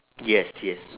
yes yes